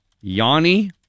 Yanni